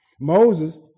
Moses